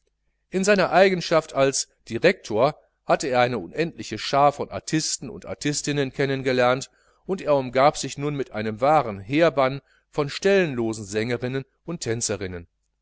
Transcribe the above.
in seiner eigenschaft als direktor hatte er eine unendliche schaar von artisten und artistinnen kennen gelernt und er umgab sich nun mit einem wahren heerbann von stellenlosen sängerinnen und tänzerinnen